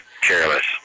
careless